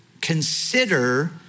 consider